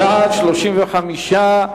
בעד, 35,